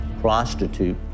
prostitute